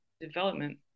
development